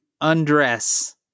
undress